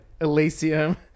Elysium